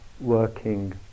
working